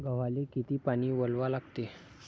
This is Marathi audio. गव्हाले किती पानी वलवा लागते?